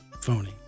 phony